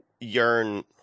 yearn